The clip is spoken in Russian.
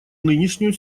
нынешнюю